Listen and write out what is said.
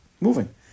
moving